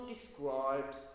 describes